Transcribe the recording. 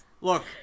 Look